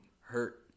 hurt